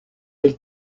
del